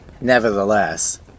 nevertheless